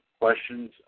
questions